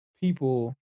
people